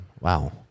wow